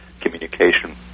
communication